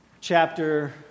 chapter